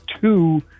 two